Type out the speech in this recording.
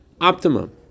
optimum